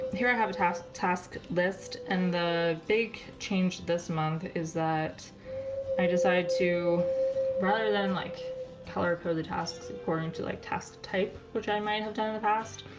here i have a task list and the big change this month is that i decide to rather than like color for the task according to like task type, which i might have done in the past,